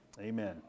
Amen